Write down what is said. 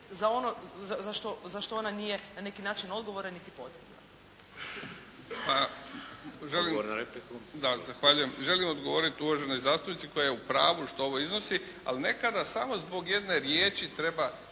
za ono za što ona nije na neki način odgovorna niti potrebna.